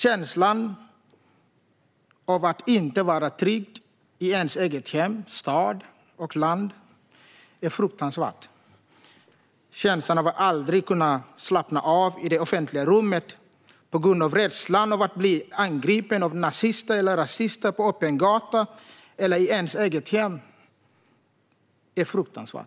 Känslan av att inte vara trygg i ens eget hem, stad och land är fruktansvärd. Känslan av att aldrig kunna slappna av i det offentliga rummet på grund av rädslan att bli angripen av nazister eller rasister på öppen gata eller i ens eget hem är fruktansvärd.